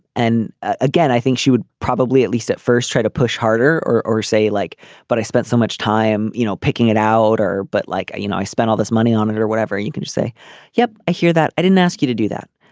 and again i think she would probably at least at first try to push harder or or say like but i spent so much time you know picking it out or but like you know i spent all this money on it it or whatever and you could say yep i hear that. i didn't ask you to do that.